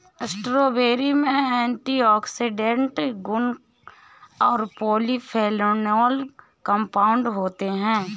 strawberry में antioxidant गुण और पॉलीफेनोल कंपाउंड होते हैं